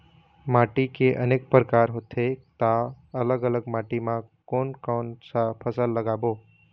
माटी के अनेक प्रकार होथे ता अलग अलग माटी मा कोन कौन सा फसल लगाबो?